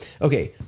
okay